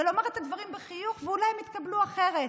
ולומר את הדברים בחיוך, ואולי הם יתקבלו אחרת.